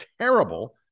terrible